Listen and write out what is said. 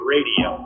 Radio